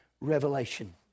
revelation